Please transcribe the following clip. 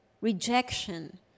rejection